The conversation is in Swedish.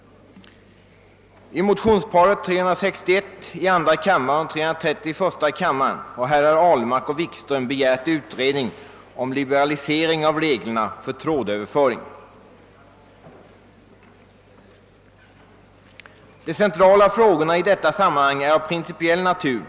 I motionsparet I: 330 och II: 361 har herr Wikström och herr Ahlmark begärt utredning om liberalisering av reglerna för trådöverföring. De centrala frågorna i detta sammanhang är av principiell natur.